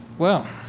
well,